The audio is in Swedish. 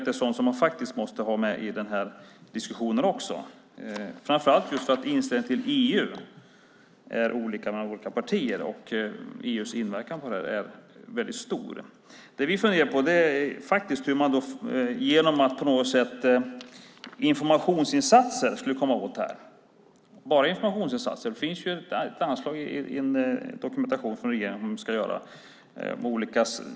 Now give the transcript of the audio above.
Det måste man ha med i diskussionen eftersom inställningen till EU är olika mellan olika partier, och EU:s inverkan på detta är stor. Vi funderar på hur man genom informationsinsatser skulle kunna komma åt detta. Det finns ett anslag i en dokumentation från regeringen om det.